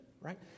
right